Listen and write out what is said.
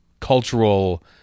cultural